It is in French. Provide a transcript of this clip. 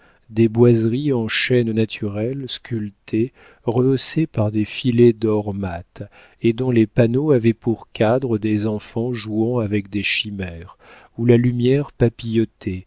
des boiseries en chêne naturel sculpté rehaussées par des filets d'or mat et dont les panneaux avaient pour cadre des enfants jouant avec des chimères où la lumière